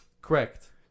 correct